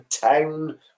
town